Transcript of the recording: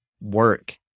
work